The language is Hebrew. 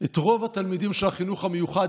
את רוב התלמידים של החינוך המיוחד